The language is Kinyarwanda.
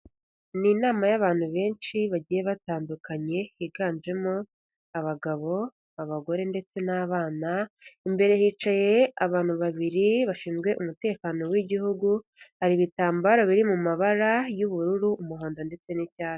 Ni inama y'abantu benshi bagiye batandukanye higanjemo abagabo, abagore ndetse n'abana, imbere hicaye abantu babiri bashinzwe umutekano w'igihugu, hari ibitambaro biri mu mabara y'ubururu, umuhondo ndetse n'icyatsi.